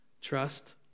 Trust